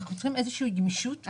אנחנו צריכים איזושהי גמישות בקביעת